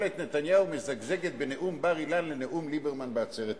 ממשלת נתניהו מזגזגת בין נאום בר-אילן לנאום ליברמן בעצרת האו"ם.